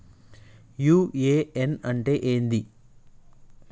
UAN అంటే ఏంది?